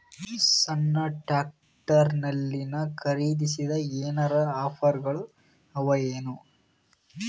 ಸಣ್ಣ ಟ್ರ್ಯಾಕ್ಟರ್ನಲ್ಲಿನ ಖರದಿಸಿದರ ಏನರ ಆಫರ್ ಗಳು ಅವಾಯೇನು?